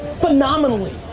phenomenally.